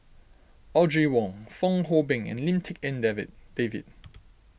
Audrey Wong Fong Hoe Beng and Lim Tik En Davi David